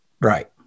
Right